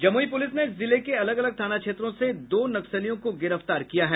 Jamui police ने जिले के अलग अलग थाना क्षेत्रों से दो नक्सलियों को गिरफ्तार किया है